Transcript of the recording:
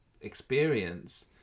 experience